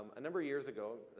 a number of years ago,